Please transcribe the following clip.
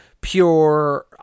pure